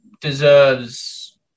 deserves